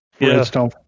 Redstone